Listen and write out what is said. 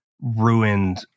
ruined